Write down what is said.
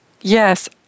Yes